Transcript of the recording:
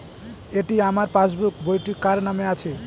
এটি আমার পাসবুক বইটি কার নামে আছে?